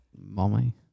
mommy